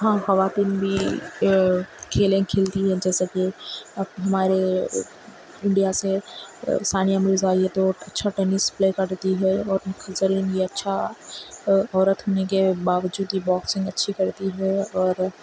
ہم خواتین بھی کھیلیں کھیلتی ہے جیساکہ اب ہمارے انڈیا سے ثانیہ مرزا یہ تو اچھا ٹینس پلے کرتی ہے اور نکہت زرین بھی اچھا عورت ہونے کے باوجود بھی باکسنگ اچھی کرتی ہے اور